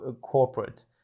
corporate